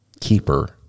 keeper